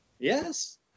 Yes